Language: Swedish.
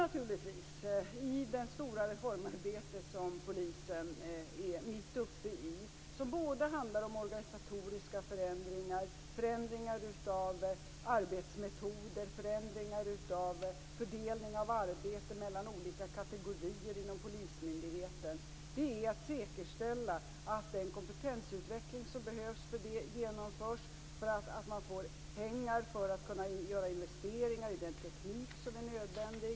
Vad som görs i det stora reformarbete som polisen är mitt uppe i och som handlar om organisatoriska förändringar, om förändringar av arbetsmetoder och om förändringar av fördelningen av arbete mellan olika kategorier inom polismyndigheten, är att man säkerställer att den kompetensutveckling genomförs som behövs för detta. Det handlar om att få pengar för att kunna göra investeringar i den teknik som är nödvändig.